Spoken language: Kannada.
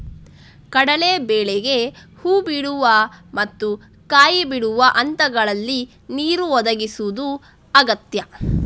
ಕಡಲೇ ಬೇಳೆಗೆ ಹೂ ಬಿಡುವ ಮತ್ತು ಕಾಯಿ ಬಿಡುವ ಹಂತಗಳಲ್ಲಿ ನೀರು ಒದಗಿಸುದು ಅಗತ್ಯ